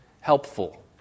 helpful